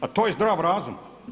A to je zdrav razum.